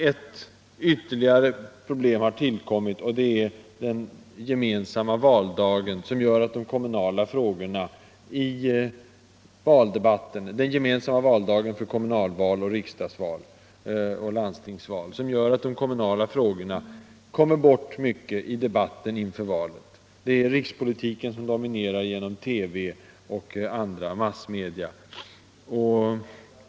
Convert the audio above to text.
Ett ytterligare problem har tillkommit, nämligen den gemensamma valdagen för kommunal-, landstingsoch riksdagsval, som gör att de kommunala frågorna i stor utsträckning kommer bort i debatten inför valen. Det är rikspolitiken som dominerar genom TV och andra massmedia.